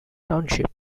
township